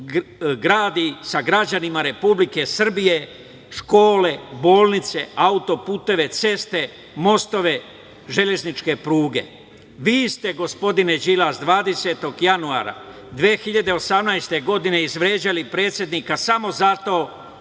gradi sa građanima Republike Srbije škole, bolnice, auto-puteve, ceste, mostove, železničke pruge. Vi ste, gospodine Đilas, 20. januara 2018. godine izvređali predsednika samo zato